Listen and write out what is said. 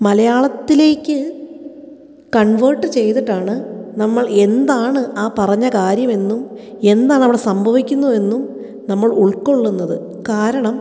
മലയാളത്തിലേക്ക് കൺവേർട്ട് ചെയ്തിട്ടാണ് നമ്മൾ എന്താണ് ആ പറഞ്ഞ കാര്യം എന്നും എന്താണ് അവിടെ സംഭവിക്കുന്നു എന്നും നമ്മൾ ഉൾക്കൊള്ളുന്നത് കാരണം